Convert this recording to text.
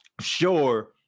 sure